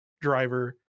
driver